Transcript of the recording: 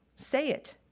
say it,